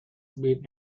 been